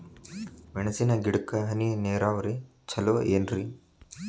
ಮೆಣಸಿನ ಗಿಡಕ್ಕ ಹನಿ ನೇರಾವರಿ ಛಲೋ ಏನ್ರಿ?